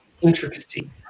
intricacy